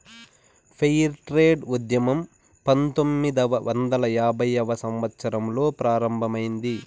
fair trade ఉద్యమం పంతొమ్మిదవ వందల యాభైవ సంవత్సరంలో ప్రారంభమైంది